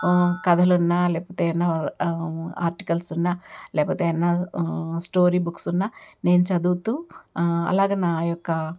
కథలు ఉన్నా లేకపోతే ఆర్టికల్స్ ఉన్నా లేకపోతే ఏదైనా స్టోరీ బుక్స్ ఉన్నా నేను చదువుతూ అలాగే నా యొక్క